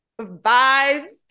vibes